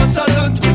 salute